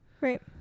Right